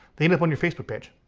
they end up on your facebook page.